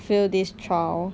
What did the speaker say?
fail this trial